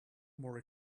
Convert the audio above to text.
more